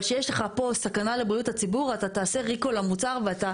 אבל כשיש לך פה סכנה לבריאות הציבור אתה תעשה ריקול למוצר ואתה,